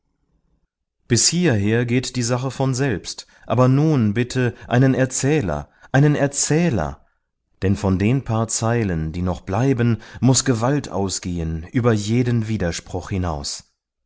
bis hierher geht die sache von selbst aber nun bitte einen erzähler einen erzähler denn von den paar zeilen die noch bleiben muß gewalt ausgehen über jeden widerspruch hinaus